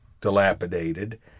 dilapidated